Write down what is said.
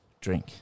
drink